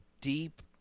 deep